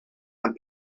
and